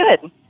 good